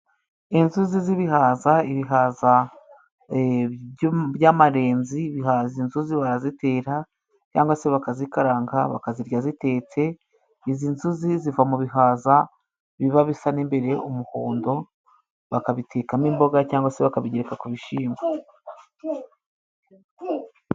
Inzuzi z'ibihaza, ibihaza by'amarenzi, ibihaza inzuzi barazitera cyangwa se bakazikaranga bakazirya zitetse. Izi nzuzi ziva mu bihaza biba bisa n'imbere umuhondo, bakabitekamo imboga cyangwa se bakabigereka ku bishimbo.